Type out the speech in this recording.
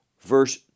verse